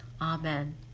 Amen